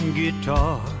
guitar